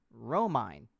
Romine